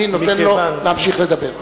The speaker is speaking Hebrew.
אני נותן לו להמשיך לדבר.